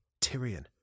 Tyrion